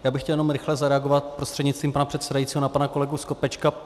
Já bych chtěl jenom rychle zareagovat prostřednictvím pana předsedajícího na pana kolegu Skopečka.